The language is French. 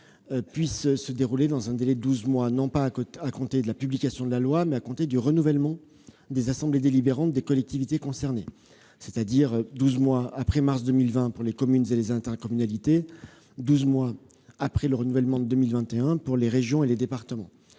se déroule dans un délai de douze mois, à compter non pas de la publication de la loi, mais du renouvellement des assemblées délibérantes des collectivités concernées, c'est-à-dire douze mois après mars 2020 pour les communes et les intercommunalités et douze mois après le renouvellement de 2021 pour les régions et les départements.